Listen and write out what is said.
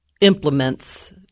implements